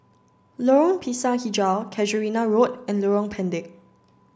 Lorong Pisang Hijau Casuarina Road and Lorong Pendek